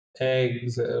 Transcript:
Eggs